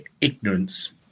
ignorance